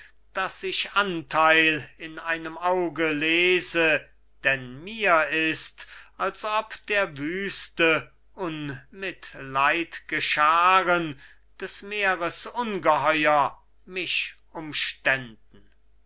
daß ich antheil in einem auge lese denn mir ist als ob der wüste unmitleid'ge schaaren des meeres ungeheuer mich